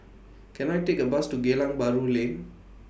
Can I Take A Bus to Geylang Bahru Lane